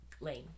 lane